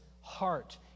heart